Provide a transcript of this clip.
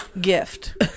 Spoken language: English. gift